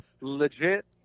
legit